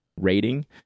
rating